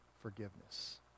forgiveness